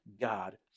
God